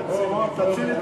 בן-סימון, תציל את